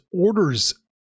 orders